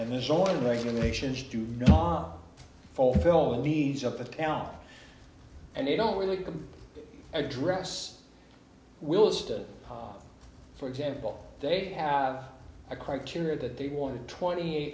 and the zoning regulations do not fulfill the needs of the town and they don't really can address wills to for example they have a criteria that they wanted twenty